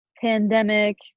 pandemic